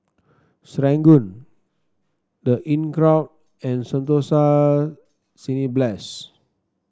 Serangoon The Inncrowd and Sentosa Cineblast